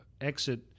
exit